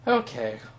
okay